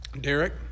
Derek